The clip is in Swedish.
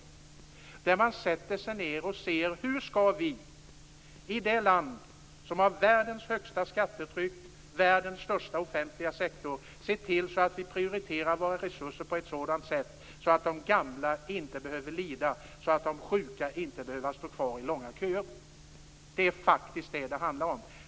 Där skulle man sätta sig ned och se hur vi, i det land som har världens högsta skattetryck och världens största offentliga sektor, skall se till att vi prioriterar våra resurser så att de gamla inte behöver lida och de sjuka inte behöver stå kvar i långa köer. Det är vad det handlar om.